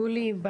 יולי,